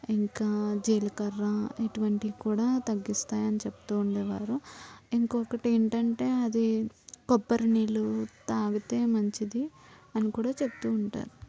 ఇంకా జీలకర్ర ఇటువంటివి కూడా తగ్గిస్తాయని చెప్తూ ఉండేవారు ఇంకొకటి ఏంటంటే అది కొబ్బరినీళ్లు తాగితే మంచిది అని కూడా చెప్తూ ఉంటారు